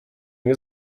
nie